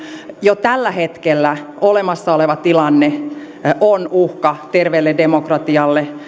jo tällä hetkellä olemassa oleva tilanne on uhka terveelle demokratialle